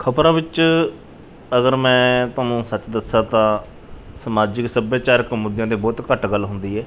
ਖਬਰਾਂ ਵਿੱਚ ਅਗਰ ਮੈਂ ਤੁਹਾਨੂੰ ਸੱਚ ਦੱਸਾਂ ਤਾਂ ਸਮਾਜਿਕ ਸੱਭਿਆਚਾਰਕ ਮੁੱਦਿਆਂ 'ਤੇ ਬਹੁਤ ਘੱਟ ਗੱਲ ਹੁੰਦੀ ਹੈ